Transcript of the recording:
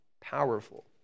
powerful